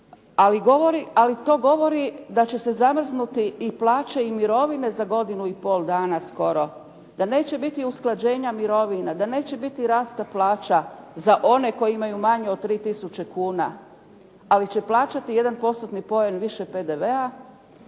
Ali to govori da će se zamrznuti i plaće i mirovine za godinu pol dana skoro. Da neće biti usklađenja mirovina, da neće biti rasta plaća za one koji imaju manje od 3 tisuće kuna. Ali će plaćati jedan postotni poen više PDV-a,